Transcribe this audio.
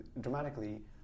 dramatically